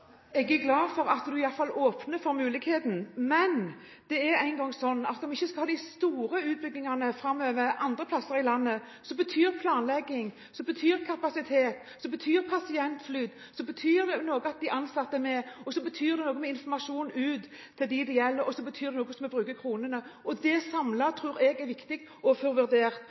Jeg er glad for at en iallfall åpner for muligheten. Det er nå engang slik at om vi framover ikke skal ha de store utbyggingene andre steder i landet, betyr planlegging, kapasitet, pasientflyt, at de ansatte er med, informasjon ut til dem det gjelder, og hvordan vi bruker kronene, noe. Dette samlet tror jeg det er viktig å få vurdert. Derfor lurer jeg på: Ser statsråden det slik at situasjonen her i Oslo ikke lenger er alvorlig? Betyr det